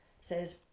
says